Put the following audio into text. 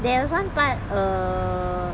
there was one part err